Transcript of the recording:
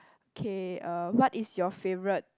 K uh what is your favourite